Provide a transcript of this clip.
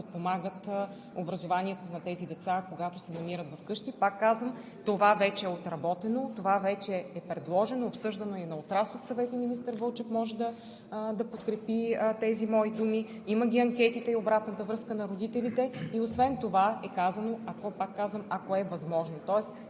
подпомагат образованието на тези деца, когато се намират вкъщи. Пак казвам, това вече е отработено, това вече е предложено, обсъждано е и на Отраслов съвет и министър Вълчев може да подкрепи тези мои думи. Има ги анкетите и обратната връзка на родителите. Освен това е казано, пак казвам: